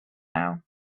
now